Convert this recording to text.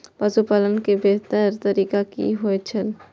पशुपालन के बेहतर तरीका की होय छल?